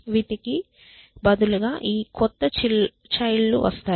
వీటికి బదులుగా ఈ క్రొత్త చైల్డ్ లు వస్తాయి